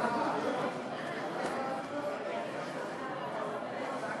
במקום השר דני דנון, שכהונתו בממשלה נפסקה